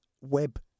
web